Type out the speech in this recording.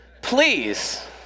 Please